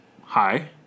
hi